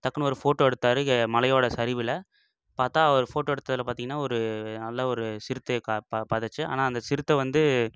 டக்குனு ஒரு ஃபோட்டோ எடுத்தார் க மலையோடய சரிவில் பார்த்தா அவரு ஃபோட்டோ எடுத்ததில் பார்த்தீங்கன்னா ஒரு நல்ல ஒரு சிறுத்தையை கா பா பார்த்தாச்சு ஆனால் அந்த சிறுத்தை வந்து